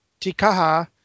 Tikaha